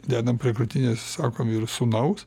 dedam prie krūtinės sakom ir sūnaus